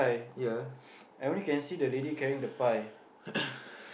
ya